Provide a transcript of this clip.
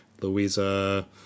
Louisa